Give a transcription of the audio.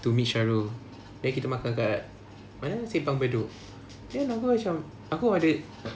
to meet sharul then kita makan kat mana simpang bedok then aku macam aku macam